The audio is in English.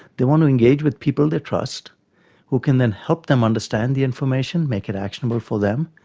they want to engage with people they trust who can then help them understand the information, make it actionable for them,